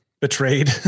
betrayed